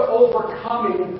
overcoming